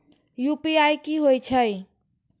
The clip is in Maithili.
यू.पी.आई की होई छै?